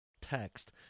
text